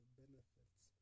benefits